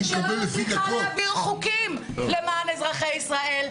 שלא מצליחה להעביר חוקים למען אזרחי ישראל.